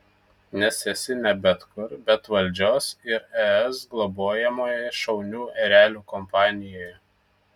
nes esi ne bet kur bet valdžios ir es globojamoje šaunių erelių kompanijoje